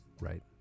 Right